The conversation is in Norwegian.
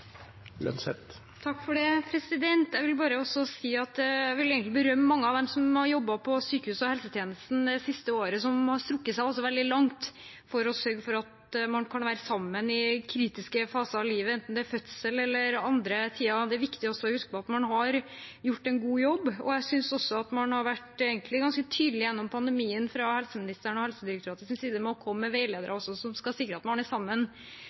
Jeg vil berømme mange av dem som har jobbet på sykehus og i helsetjenesten det siste året, og som har strukket seg veldig langt for å sørge for at man kan være sammen i kritiske faser av livet, enten det gjelder fødsel eller annet. Det er viktig å huske på at man har gjort en god jobb. Jeg synes også man egentlig har vært ganske tydelig gjennom pandemien fra helseministerens og Helsedirektoratets side og kommet med veiledere som skal sikre at man er sammen